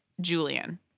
Julian